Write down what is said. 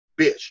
bitch